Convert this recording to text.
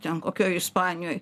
ten kokioj ispanijoj